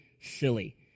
silly